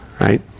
Right